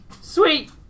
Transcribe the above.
Sweet